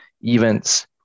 events